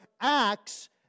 acts